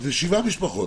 זה שבע משפחות.